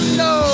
no